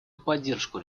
поддержку